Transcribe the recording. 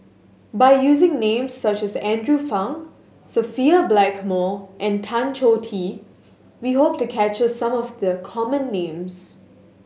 by using names such as Andrew Phang Sophia Blackmore and Tan Choh Tee we hope to capture some of the common names